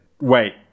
wait